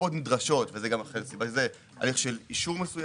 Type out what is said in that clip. הקופות נדרשות להליך של אישור,